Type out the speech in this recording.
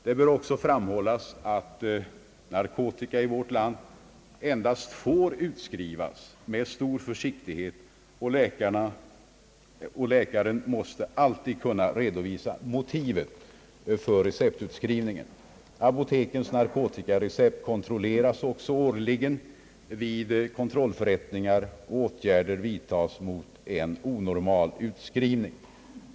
Det bör också framhållas att narkotika i vårt land endast får utskrivas med stor försiktighet, och läkaren måste alltid kunna redovisa motivet för receptutskrivningen. Apotekens narkotikarecept kontrolleras också årligen vid kontrollförrättningar, och åtgärder vidtages mot en onormal utskrivning.